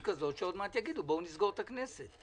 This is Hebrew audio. כזו שעוד מעט יגידו: בואו נסגור את הכנסת?